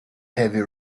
heavy